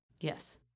Yes